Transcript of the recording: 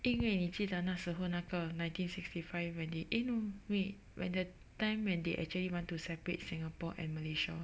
因为你记得那时候那个 nineteen sixty five when they [rh] no wait when the time when they actually want to separate Singapore and Malaysia